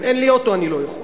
ואם אין לי אוטו אני לא יכול.